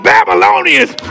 Babylonians